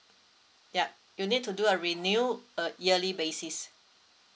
yup you need to do a renew uh yearly basis